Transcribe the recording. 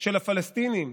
של הפלסטינים,